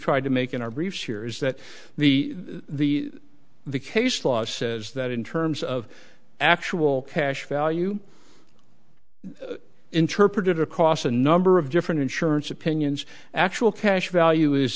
tried to make in our brief here is that the the the case law says that in terms of actual cash value interpreted across a number of different insurance opinions actual cash value is